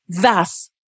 thus